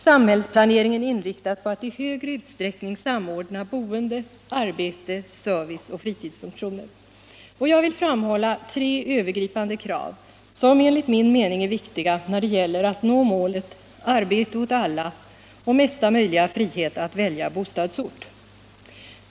Samhällsplaneringen inriktas på att i större utsträckning samordna bocnde, arbete, service och fritidsfunktioner.” Jag vill framhålla tre övergripande krav, som enligt min mening är viktiga när det gäller att nå målet arbete åt alla och mesta möjliga frihet att välja bostadsort.